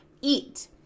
eat